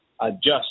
adjust